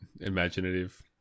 Imaginative